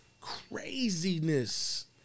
craziness